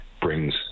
brings